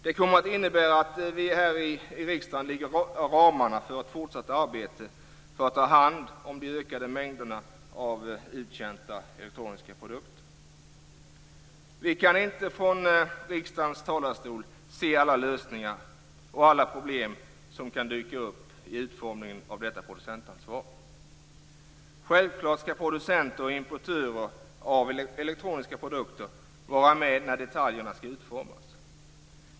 Det kommer att innebära att vi här i riksdagen lägger ramarna för ett fortsatt arbete för att ta hand om de ökande mängderna av uttjänta elektroniska produkter. Vi kan inte från riksdagens talarstol se alla lösningar och problem som kan dyka upp i utformningen av detta producentansvar. Självfallet skall producenter och importörer av elektroniska produkter vara med när detaljerna skall utformas.